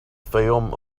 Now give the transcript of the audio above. fayoum